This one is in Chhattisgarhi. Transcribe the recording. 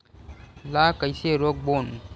ला कइसे रोक बोन?